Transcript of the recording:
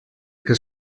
que